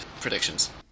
predictions